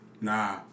Nah